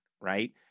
right